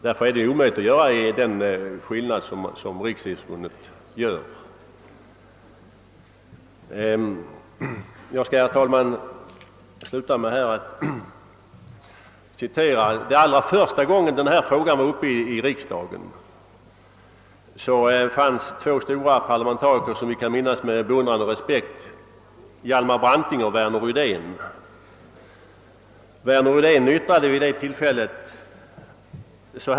Därför är det också omöjligt att dra den gräns som Riksidrottsförbundet vill göra. Herr talman! Jag skall sluta med ett citat. Den allra första gången den här frågan var uppe i riksdagen fanns där två stora parlamentariker som vi kan minnas med beundran och respekt, Hjalmar Branting och Värner Rydén.